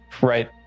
Right